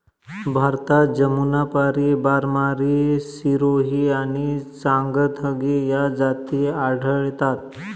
भारतात जमुनापारी, बारबारी, सिरोही आणि चांगथगी या जाती आढळतात